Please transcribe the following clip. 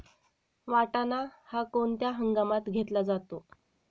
वाटाणा हा कोणत्या हंगामात घेतला जातो?